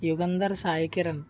Yugandhar Sai Kiran